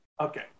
Okay